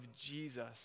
Jesus